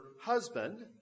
husband